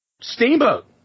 Steamboat